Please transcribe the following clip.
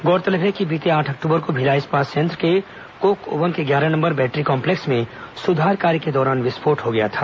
गौरतलब है कि बीते आठ अक्टूबर को भिलाई इस्पात संयंत्र के कोक ओवन के ग्यारह नंबर बैटरी काम्पलेक्स में सुधार कार्य के दौरान विस्फोट हो गया था